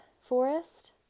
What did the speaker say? Forest